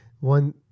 One